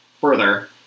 further